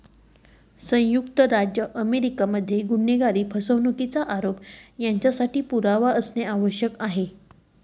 संयुक्त राज्य अमेरिका मध्ये गुन्हेगारी, फसवणुकीचा आरोप यांच्यासाठी पुरावा असणे आवश्यक आहे